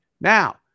now